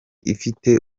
ifite